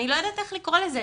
אני לא יודעת איך לקרוא לזה.